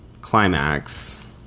climax